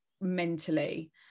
mentally